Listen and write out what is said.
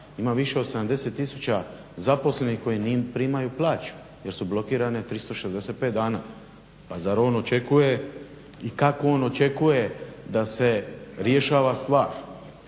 ima više od 70 000 zaposlenih koje ne primaju plaću jer su blokirane 365 dana. Pa zar on očekuje i kako on očekuje da se rješava stvar,